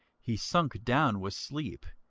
he sunk down with sleep,